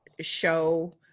show